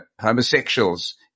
homosexuals